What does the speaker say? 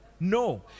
No